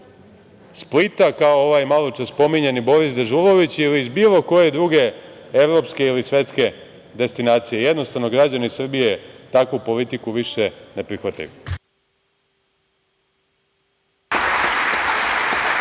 Splita, kao ovaj maločas spominjani Boris Dežulović ili iz bilo koje druge evropske ili svetske destinacije. Jednostavno, građani Srbije takvu politiku više ne prihvataju.